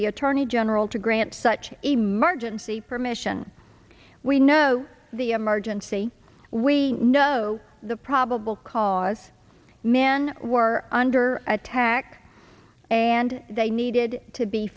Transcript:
the attorney general to grant such a margin see permission we know the emergency we know the probable cause men were under attack and they needed to be